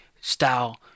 style